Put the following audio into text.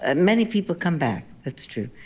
ah many people come back. that's true.